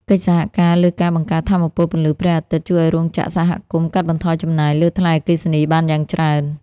កិច្ចសហការលើការបង្កើតថាមពលពន្លឺព្រះអាទិត្យ ជួយឱ្យរោងចក្រសហគមន៍កាត់បន្ថយចំណាយលើថ្លៃអគ្គិសនីបានយ៉ាងច្រើន។